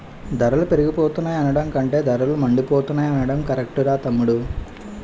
ధరలు పెరిగిపోతున్నాయి అనడం కంటే ధరలు మండిపోతున్నాయ్ అనడం కరెక్టురా తమ్ముడూ